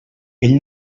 ell